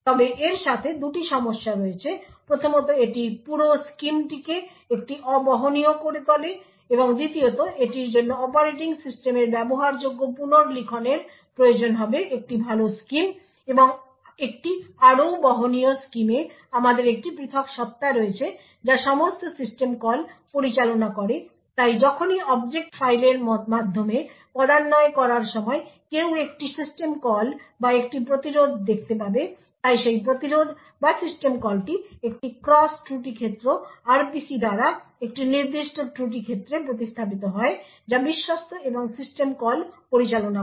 তবে এর সাথে দুটি সমস্যা রয়েছে প্রথমত এটি পুরো স্কিমটিকে একটি অ বহনীয় করে তোলে এবং দ্বিতীয়ত এটির জন্য অপারেটিং সিস্টেমের ব্যবহারযোগ্য পুনর্লিখনের প্রয়োজন হবে একটি ভাল স্কিম এবং একটি আরও বহনীয় স্কিমে আমাদের একটি পৃথক সত্তা রয়েছে যা সমস্ত সিস্টেম কল পরিচালনা করে তাই যখনই অবজেক্ট ফাইলের মাধ্যমে পদান্বয় করার সময় কেউ একটি সিস্টেম কল বা একটি প্রতিরোধ দেখতে পাবে তাই সেই প্রতিরোধ বা সিস্টেম কলটি একটি ক্রস ত্রুটি ক্ষেত্র RPC দ্বারা একটি নির্দিষ্ট ত্রুটি ক্ষেত্রে প্রতিস্থাপিত হয় যা বিশ্বস্ত এবং সিস্টেম কল পরিচালনা করে